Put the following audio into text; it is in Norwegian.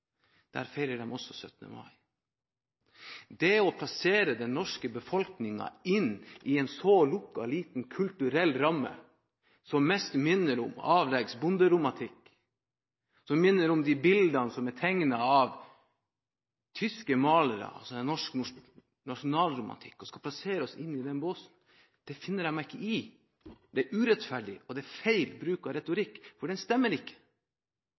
Der feirer de også 17. mai. Det å plassere den norske befolkningen inn i en så lukket, liten kulturell ramme som mest minner om avleggs bonderomantikk og de bildene som er tegnet av tyske malere, altså en norsk nasjonalromantikk – at man skal plassere oss inn i den båsen, finner jeg meg ikke i. Det er urettferdig, og det er feil bruk av retorikk, for den stemmer ikke.